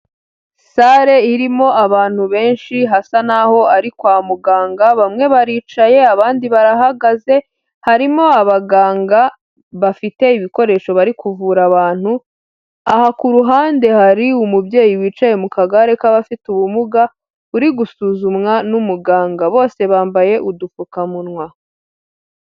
Sare irimo abantu benshi hasa naho ari kwa muganga, bamwe baricaye abandi barahagaze harimo abaganga bafite ibikoresho bari kuvura abantu. Aha ku ruhande hari umubyeyi wicaye mu kagare k'abafite ubumuga, uri gusuzumwa n'umuganga bose bambaye udupfukamunwa.